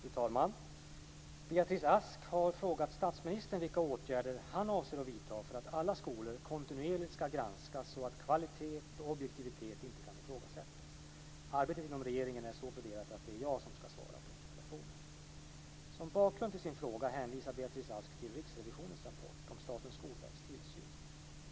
Fru talman! Beatrice Ask har frågat statsministern vilka åtgärder han avser att vidta för att alla skolor kontinuerligt ska granskas så att kvalitet och objektivitet inte kan ifrågasättas. Arbetet inom regeringen är så fördelat att det är jag som ska svara på interpellationen. Som bakgrund till sin fråga hänvisar Beatrice Ask till Riksrevisionsverkets rapport om statens skolverks tillsyn.